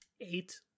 eight